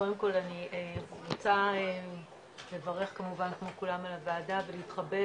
קודם כל אני רוצה לברך כמובן כמו כולם את הוועדה ולהתחבר,